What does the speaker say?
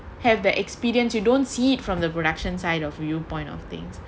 have the experience you don't see it from the production side of you point of things